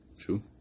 true